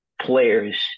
players